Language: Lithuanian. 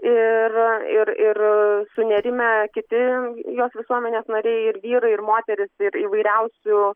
ir ir ir sunerimę kiti jos visuomenės nariai ir vyrai ir moterys ir įvairiausių